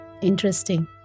Interesting